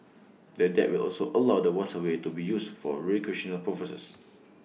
the deck will also allow the waterway to be used for recreational purposes